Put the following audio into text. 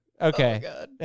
Okay